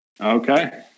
Okay